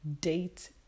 date